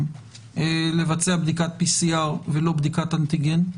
לבצע בדיקת PCR ולא בדיקת אנטיגן,